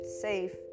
safe